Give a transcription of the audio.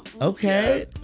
Okay